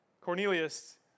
Cornelius